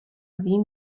vím